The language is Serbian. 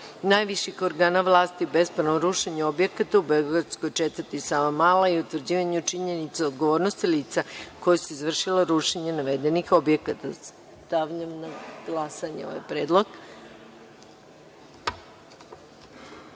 najviših organa vlasti u bespravnom rušenju objekata u beogradskoj četvrti Savamala i utvrđivanju činjenica o odgovornosti lica koja su izvršila rušenje navedenih objekata. Stavljam na glasanje. Zaključujem